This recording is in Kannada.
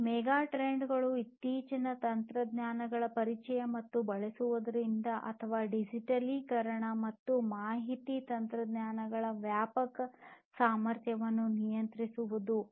ಈ ಮೆಗಾಟ್ರೆಂಡ್ಗಳು ಗಳು ಇತ್ತೀಚಿನ ತಂತ್ರಜ್ಞಾನಗಳ ಪರಿಚಯ ಮತ್ತು ಬಳಸುವುದರಿಂದ ಅಥವಾ ಡಿಜಿಟಲೀಕರಣ ಮತ್ತು ಮಾಹಿತಿ ತಂತ್ರಜ್ಞಾನಗಳ ವ್ಯಾಪಕ ಸಾಮರ್ಥ್ಯವನ್ನು ನಿಯಂತ್ರಿಸುವುದು